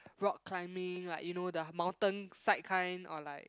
rock climbing like you know the mountainside kind or like